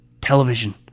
Television